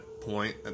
point